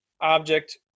object